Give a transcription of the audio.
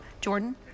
jordan